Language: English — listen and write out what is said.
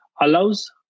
allows